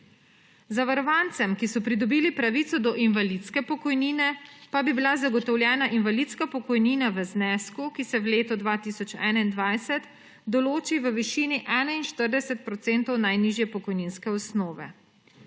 Zavarovancem, ki so pridobili pravico do invalidske pokojnine, pa bi bila zagotovljena invalidska pokojnina v znesku, ki se v letu 2021 določi v višini 41 procentov najnižje pokojninske osnove.